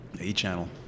A-Channel